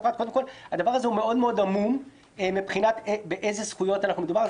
הדבר הזה מאוד מאוד עמום מבחינת הזכויות שעליהן מדובר,